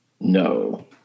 No